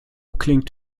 klingt